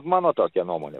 mano tokia nuomonė